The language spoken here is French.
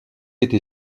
été